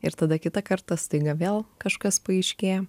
ir tada kitą kartą staiga vėl kažkas paaiškėja